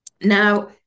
Now